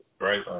Right